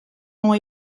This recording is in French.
ont